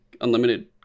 unlimited